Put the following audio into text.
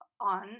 on